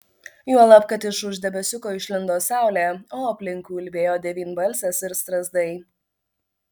juolab kad iš už debesiuko išlindo saulė o aplinkui ulbėjo devynbalsės ir strazdai